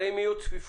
הרי אם תהיה צפיפות,